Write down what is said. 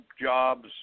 jobs